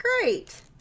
great